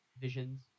visions